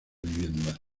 viviendas